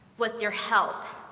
with your help,